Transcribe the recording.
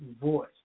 voice